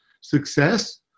success